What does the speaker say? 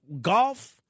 golf